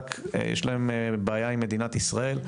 רק יש להם בעיה עם מדינת ישראל,